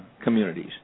communities